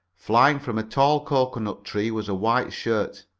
flying from a tall cocoanut tree was a white shirt.